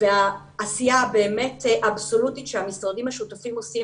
והעשייה הבאמת אבסולוטית שהמשרדים השותפים עושים